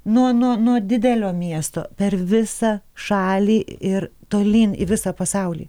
nuo nuo nuo didelio miesto per visą šalį ir tolyn į visą pasaulį